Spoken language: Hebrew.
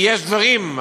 זה כי יש דברים,